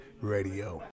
Radio